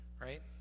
right